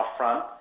upfront